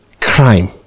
crime